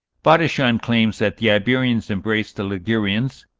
bodichon claims that the iberians embraced the ligurians,